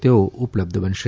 તેઓ ઉપલબ્ધ બનશે